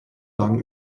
lagen